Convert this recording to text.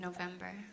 November